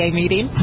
meeting